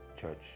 Church